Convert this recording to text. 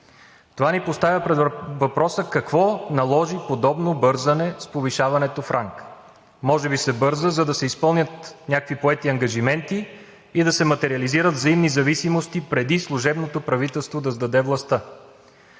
Това ни поставя пред въпроса: какво наложи подобно бързане с повишаването в ранг? Може би се бърза, за да се изпълнят някакви поети ангажименти и да се материализират взаимни зависимости преди служебното правителство да сдаде властта.